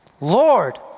Lord